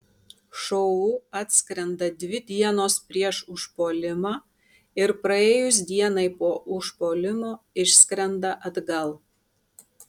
šou atskrenda dvi dienos prieš užpuolimą ir praėjus dienai po užpuolimo išskrenda atgal